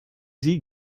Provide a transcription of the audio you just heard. sie